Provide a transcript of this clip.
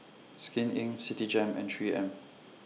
Skin Inc Citigem and three M